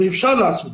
ואפשר לעשות.